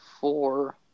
four